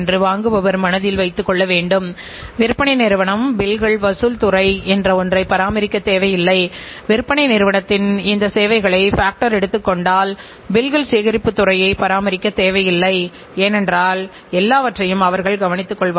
நீங்கள் ஒரு காரைத் தயாரிக்கிறீர்கள் என்றால் நீங்கள் ஒரு கணினியைத் தயாரிக்கிறீர்கள் என்றால் சந்தை கூறினில்பகுப்பில் நான் அந்த காருக்கு எவ்வளவு விலை கொடுக்க முடியும் என்பதை எளிதாகக் கண்டுபிடிக்க முடியும்